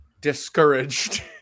discouraged